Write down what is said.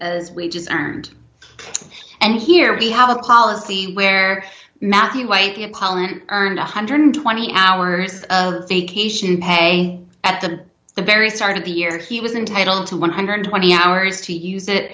as wages earned and here we have a policy where matthew white collar earned one hundred and twenty hours a day cation pay at the the very start of the year he was entitled to one hundred and twenty hours to use it